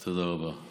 תודה רבה.